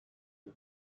was